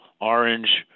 orange